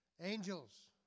Angels